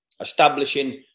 establishing